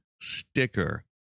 sticker